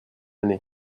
année